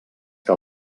que